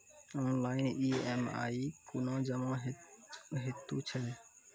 Online EMI कूना जमा हेतु छै?